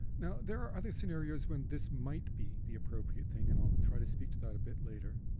now, there are other scenarios when this might be the appropriate thing and i'll try to speak to that a bit later,